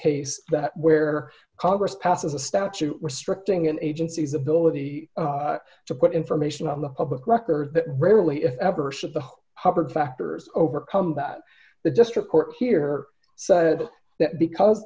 case that where congress passes a statute restricting an agency's ability to put information on the public record but rarely if ever should the hubbard factors overcome that the district court here said that because